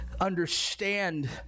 understand